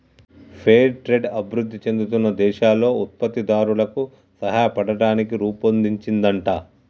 fair trade అభివృధి చెందుతున్న దేశాల్లో ఉత్పత్తి దారులకు సాయపడతానికి రుపొన్దించిందంట